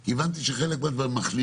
כי הבנתי שחלק במחלימים,